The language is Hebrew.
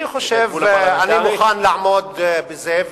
אני חושב שאני מוכן לעמוד בזה.